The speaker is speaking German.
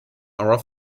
our